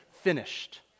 finished